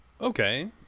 Okay